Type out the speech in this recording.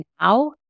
now